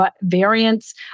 variant's